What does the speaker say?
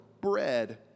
bread